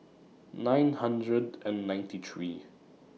nine hundred and ninety three